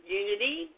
unity